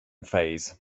phase